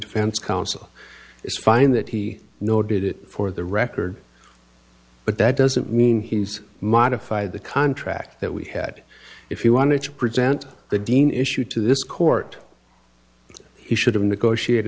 defense counsel is fine that he noted it for the record but that doesn't mean he's modify the contract that we had if you wanted to present the dean issue to this court he should have